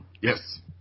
Yes